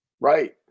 Right